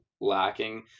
lacking